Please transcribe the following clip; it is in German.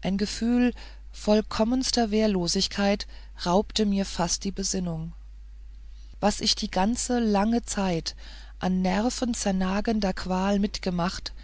ein gefühl vollkommenster wehrlosigkeit raubte mir fast die besinnung was ich die ganze lange zeit an nervenzernagender qual mitgemacht